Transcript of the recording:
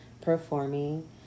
performing